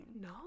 No